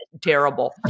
terrible